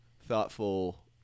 thoughtful